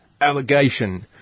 Allegation